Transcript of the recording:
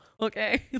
okay